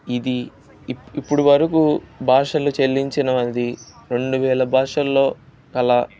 ఇది ఇప్ ఇప్పుడు వరకు భాషలు చెల్లించిన ది రెండు వేల భాషలలో గల